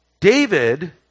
David